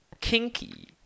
kinky